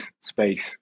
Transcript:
space